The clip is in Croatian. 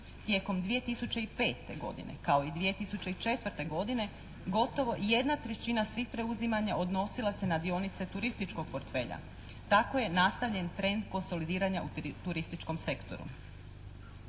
Tijekom 2005. godine kao i 2004. godine gotovo jedna trećina svih preuzimanja odnosila se na dionice turističkog portfelja. Tako je nastavljen trend konsolidiranja u turističkom sektoru.